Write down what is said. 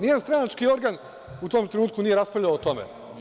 Nijedan stranački organ u tom trenutku nije raspravljao o tome.